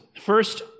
First